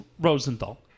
Rosenthal